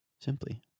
Simply